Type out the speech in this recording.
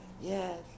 Yes